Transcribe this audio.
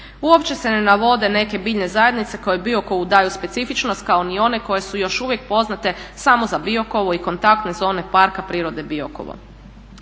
Uopće se ne navode neke biljne zajednice koje Biokovu daju specifičnost, kao ni one koje su još uvijek poznate samo za Biokovo i kontaktne zone Parka prirode Biokovo.